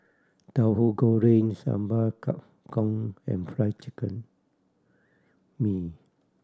Tahu Goreng Sambal Kangkong and Fried Chicken mee